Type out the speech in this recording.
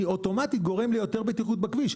אני אוטומטית גורם ליותר בטיחות בכביש.